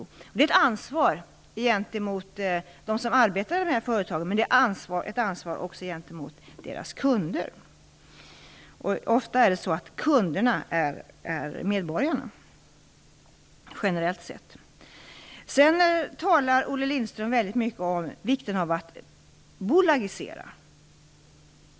Det är vårt ansvar gentemot dem som arbetar i dessa företag men också ett ansvar gentemot deras kunder. Generellt sett är det medborgarna som är kunderna. Olle Lindström talar väldigt mycket om vikten av att bolagisera.